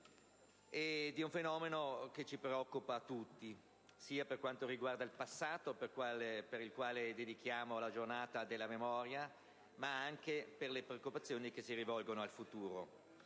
di un fenomeno che ci preoccupa tutti, sia per quanto riguarda il passato, al quale dedichiamo la giornata della memoria, ma anche per le preoccupazioni che si rivolgono al futuro.